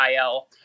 IL